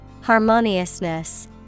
Harmoniousness